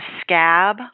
scab